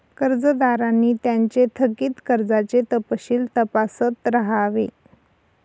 कर्जदारांनी त्यांचे थकित कर्जाचे तपशील तपासत राहावे